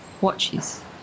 watches